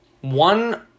one